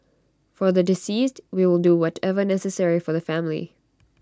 for the deceased we will do whatever necessary for the family